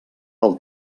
pel